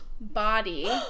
body